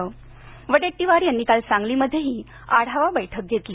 विजय वडेट्टीवार यांनी काल सांगली मध्येही आढावा बैठक घेतली